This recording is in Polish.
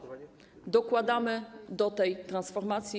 Dokładamy do tej transformacji.